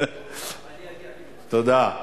תודה.